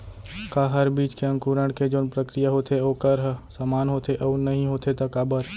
का हर बीज के अंकुरण के जोन प्रक्रिया होथे वोकर ह समान होथे, अऊ नहीं होथे ता काबर?